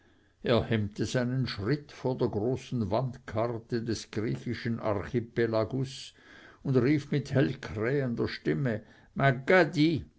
hemmte seinen schritt vor der großen wandkarte des griechischen archipelagus und rief mit hellkrähender stimme